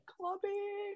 clubbing